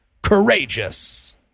Courageous